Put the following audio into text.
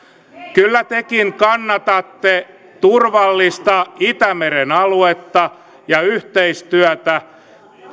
kyllä tekin kannatatte turvallista itämeren aluetta ja yhteistyötä